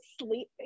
sleep